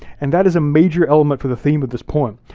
and that is a major element for the theme of this poem.